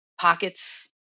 pockets